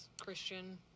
Christian